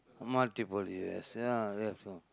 multiple yes ya